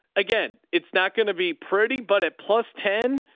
again, it's not going to be pretty, but at plus ten,